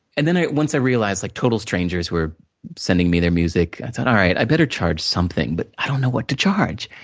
and then, once i realized like total strangers were sending me their music, i thought, alright, i better charge something. but, i don't know what to charge.